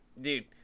Dude